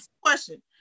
question